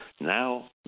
Now